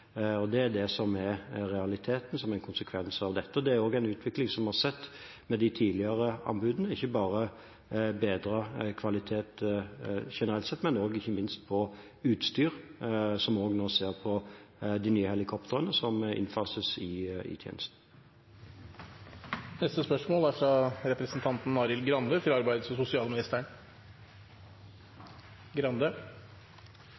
en konsekvens av dette. Det er en utvikling vi også har sett ved de tidligere anbudene – bedret kvalitet ikke bare generelt sett, men også, og ikke minst, på utstyr, noe vi nå også ser på de nye helikoptrene som innfases i tjenesten. «Maskinentreprenørenes Forbund har gjort oss oppmerksomme på utfordringene med å tipse a-krimsentrene med bekymringsmeldinger. Målet med sentrene må være å styrke samarbeidet mellom arbeidslivet og